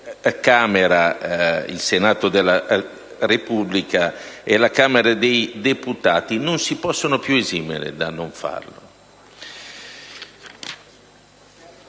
dai quali il Senato della Repubblica e la Camera dei deputati non si possono più esimere. Parto